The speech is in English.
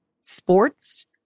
sports